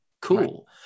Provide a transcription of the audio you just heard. cool